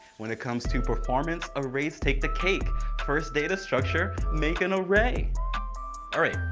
when it comes to performance arrays take the cake first data structure make an array alright,